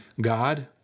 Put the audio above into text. God